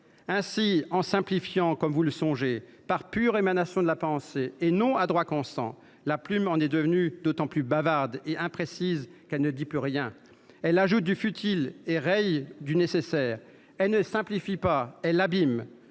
Ainsi, en simplifiant, comme vous songez à le faire, dans un mouvement de pure émanation de la pensée et non à droit constant, la plume du législateur est devenue d’autant plus bavarde et imprécise qu’elle ne dit plus rien. Elle ajoute du futile et raye du nécessaire. Elle ne simplifie pas, elle abîme